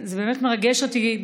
זה באמת מרגש אותי,